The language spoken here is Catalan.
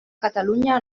catalunya